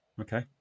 Okay